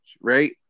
right